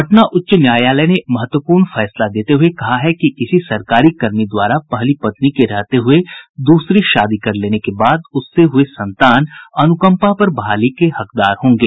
पटना उच्च न्यायालय ने एक महत्वपूर्ण फैसला देते हुये कहा है कि किसी सरकारी कर्मी द्वारा पहली पत्नी के रहते हुये दूसरी शादी कर लेने के बाद उससे हुये संतान अनुकंपा पर बहाली के हकदार होंगे